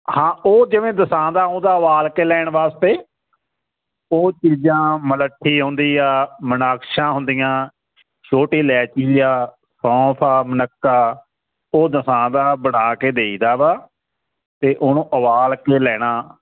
ਹਾਂ ਉਹ ਜਿਵੇਂ ਦਸਾਂਦਾ ਆਉਂਦਾ ਉਬਾਲ ਕੇ ਲੈਣ ਵਾਸਤੇ ਉਹ ਚੀਜ਼ਾਂ ਮਲੱਠੀ ਆਉਂਦੀ ਆ ਮਨਾਕਸ਼ਾਂ ਹੁੰਦੀਆਂ ਛੋਟੀ ਇਲੈਚੀ ਆ ਸੌਂਫ ਆ ਮਨੱਕਾ ਉਹ ਦਸਾਂਦਾ ਬਣਾ ਕੇ ਦੇਈ ਦਾ ਵਾ ਅਤੇ ਉਹਨੂੰ ਉਬਾਲ ਕੇ ਲੈਣਾ